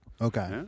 Okay